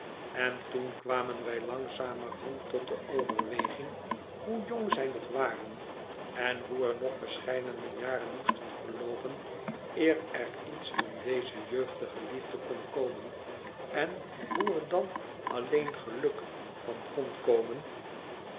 en toen kwamen wij langzamerhand tot de overweging hoe jong zij nog waren en hoe er nog verscheidene jaren moesten verloopen eer er iets van deze jeugdige liefde kon komen en hoe er dan alleen geluk van kon komen